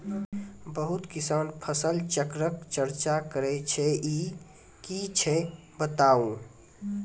बहुत किसान फसल चक्रक चर्चा करै छै ई की छियै बताऊ?